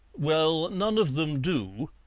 well, none of them do,